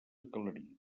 aclarir